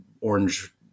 orange